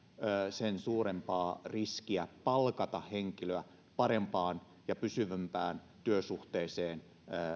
sen suurempaa riskiä palkata henkilöä parempaan ja pysyvämpään työsuhteeseen